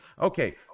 Okay